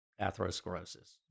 atherosclerosis